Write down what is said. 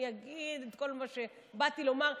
אני אגיד את כל מה שבאתי לומר,